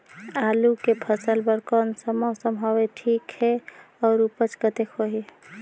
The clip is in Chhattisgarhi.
आलू के फसल बर कोन सा मौसम हवे ठीक हे अउर ऊपज कतेक होही?